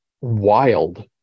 wild